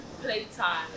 playtime